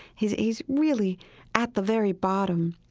he's he's really at the very bottom.